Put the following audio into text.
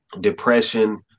depression